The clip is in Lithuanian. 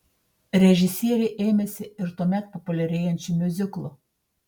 režisierė ėmėsi ir tuomet populiarėjančių miuziklų